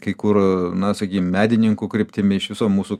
kai kur na sakykim medininkų kryptimi iš viso mūsų